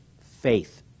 faith